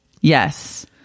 yes